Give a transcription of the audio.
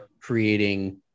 creating